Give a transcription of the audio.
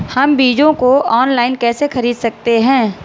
हम बीजों को ऑनलाइन कैसे खरीद सकते हैं?